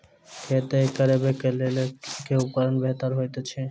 खेत कोरबाक लेल केँ उपकरण बेहतर होइत अछि?